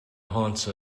haunts